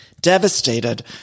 Devastated